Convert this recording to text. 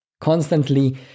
constantly